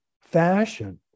fashion